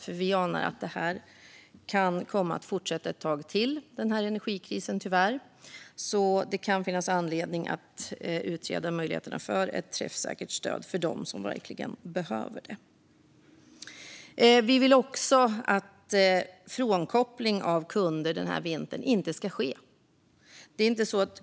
Vi anar nämligen att energikrisen tyvärr kan komma att fortsätta ett tag till, så det kan finnas anledning att utreda möjligheterna till ett träffsäkert stöd till dem som verkligen behöver det. Vi vill också att det inte ska ske någon frånkoppling av kunder denna vinter.